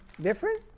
Different